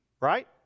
right